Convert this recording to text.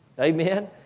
Amen